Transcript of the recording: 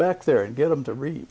back there and get them to read